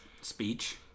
speech